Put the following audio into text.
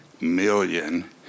Million